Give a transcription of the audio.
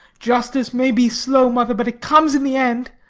justice may be slow, mother, but it comes in the end.